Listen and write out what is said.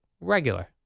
Regular